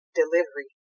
delivery